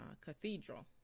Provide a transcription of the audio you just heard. Cathedral